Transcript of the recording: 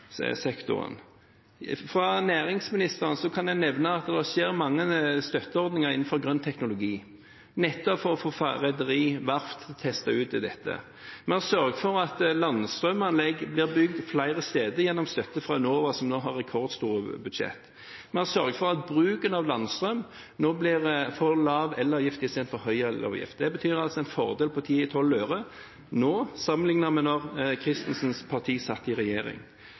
mange støtteordninger innenfor grønn teknologi, nettopp for å få rederier og verft til å teste ut dette. Vi har sørget for at landstrømanlegg blir bygd flere steder, gjennom støtte fra Enova, som nå har rekordstore budsjetter. Vi har sørget for at bruken av landstrøm nå får lav elavgift istedenfor høy elavgift. Det betyr en fordel på 10–12 øre nå, sammenlignet med da representanten Christensens parti satt i regjering.